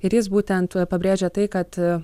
ir jis būtent pabrėžia tai kad